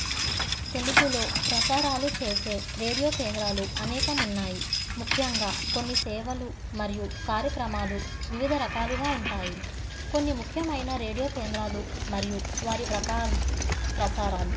తెలుగులో ప్రసారాలు చేసే రేడియో కేంద్రాలు అనేకం ఉన్నాయి ముఖ్యంగా కొన్ని సేవలు మరియు కార్యక్రమాలు వివిధ రకాలుగా ఉంటాయి కొన్ని ముఖ్యమైన రేడియో కేంద్రాలు మరియు వారి ప్రకారం ప్రసారాలు